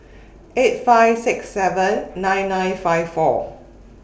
eight five six seven nine nine five four